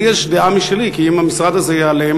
לי יש דעה משלי, כי אם המשרד הזה ייעלם,